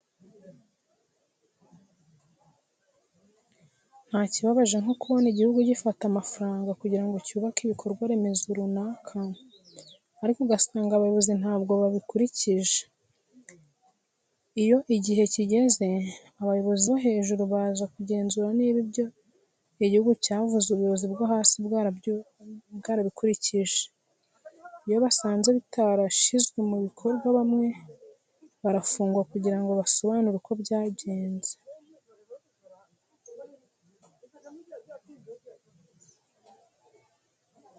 Nta kibabaje nko kubona igihugu gifata amafaranga kugira ngo cyubake ibikorwa remezo runaka ariko ugasanga abayobozi ntabwo babikurikije. Iyo igihe kigeze abayobozi bo hejuru baza kugenzura niba ibyo igihugu cyavuze ubuyobozi bwo hasi bwarabikurikije. Iyo basanze bitarashyizwe mu bikorwa bamwe baranafungwa kugira ngo basobanure uko byagenze.